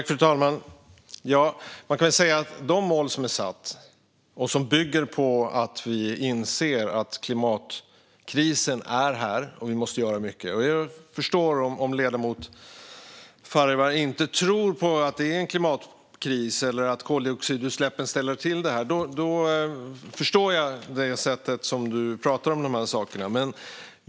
Fru talman! Målen bygger på att vi inser att klimatkrisen är här och att vi måste göra mycket. Om ledamoten Farivar inte tror på att det är en klimatkris eller att koldioxidutsläppen ställer till det kan jag förstå det sätt han pratar om dessa saker på.